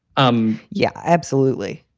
um yeah, absolutely.